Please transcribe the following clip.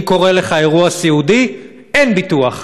בעד, 10, אין נמנעים, אין מתנגדים.